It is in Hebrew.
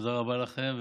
ותודה רבה לכם.